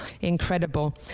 Incredible